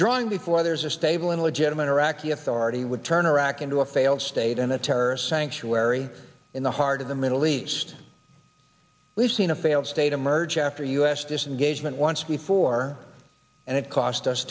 withdrawing before there's a stable and legitimate iraqi authority would turn iraq into a failed state and a terrorist sanctuary in the heart of the middle east we've seen a failed state emerge after u s disengagement once before and it cost us